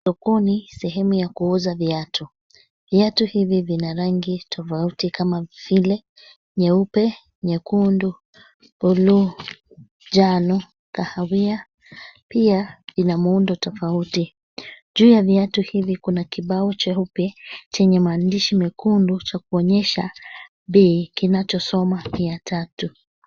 Sokoni sehemu za kuuza viatu. Viatu hivi vina rangi tofauti kama vile nyeupe, nyekundu, buluu, njano, kahawia. Pia ina muundo tofauti. Juu ya viatu hivi kuna kibao cheupe chenye maandishi mekundu cha kuonyesha bei kinachosoma mia tatu.